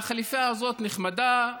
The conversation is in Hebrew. והחליפה הזאת נחמדה,